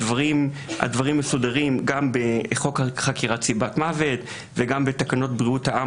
הדברים מסודרים גם בחוק חקירת סיבת מוות וגם בתקנות בריאות העם,